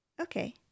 Okay